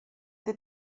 they